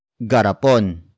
Garapon